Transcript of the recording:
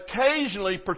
occasionally